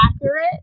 accurate